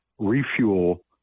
refuel